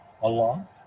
Allah